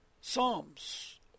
Psalms